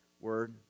word